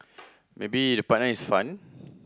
maybe the partner is fun